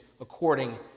according